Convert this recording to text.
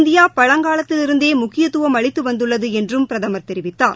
India பழங்காலத்திலிருந்தே முக்கியத்துவம் அளித்து வந்துள்ளது என்றும் பிரதமர் தெரிவித்தார்